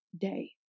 day